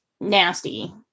Nasty